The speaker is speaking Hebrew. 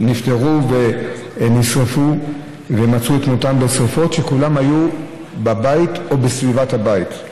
נשרפו ונפטרו ומצאו את מותם בשרפות כשכולם היו בבית או בסביבת הבית.